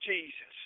Jesus